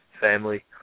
family